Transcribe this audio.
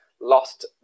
lost